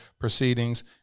proceedings